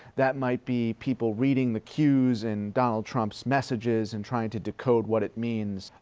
that might be people reading the cues in donald trump's messages and trying to decode what it means.